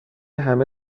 همه